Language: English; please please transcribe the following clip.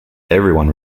everyone